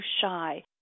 shy